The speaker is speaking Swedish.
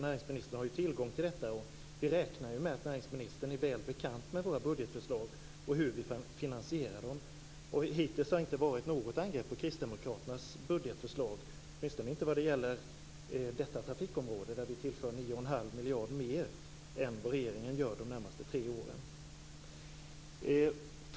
Näringsministern har tillgång till detta, och vi räknar med att näringsministern är väl bekant med våra budgetförslag och hur vi finansierar dem. Hittills har det inte varit något angrepp på kristdemokraternas budgetförslag, åtminstone inte vad det gäller detta trafikområde där vi tillför 91⁄2 miljarder mer än vad regeringen gör de närmaste tre åren.